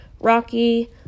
Rocky